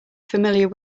familiar